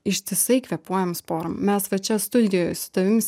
ištisai kvėpuojam sporom mes va čia studijoj su tavim